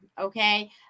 okay